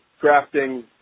drafting